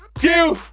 two,